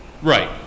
Right